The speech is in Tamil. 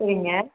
சரிங்க